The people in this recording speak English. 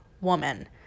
woman